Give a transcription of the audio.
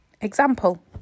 example